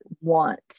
want